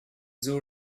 zoo